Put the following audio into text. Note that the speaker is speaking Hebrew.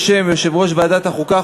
בשם ועדת החוקה,